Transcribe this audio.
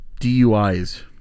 DUIs